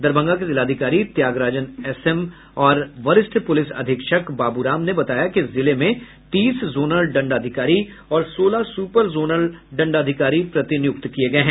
दरभंगा के जिलाधिकारी त्यागराजन एमएम और वरिष्ठ पुलिस अधीक्षक बाबू राम ने बताया कि जिले में तीस जोनल दंडाधिकारी और सोलह सुपर जोनल दंडाधिकारी प्रतिनियुक्त किये गये है